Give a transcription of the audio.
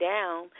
Down